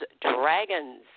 dragons